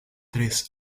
tres